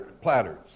platters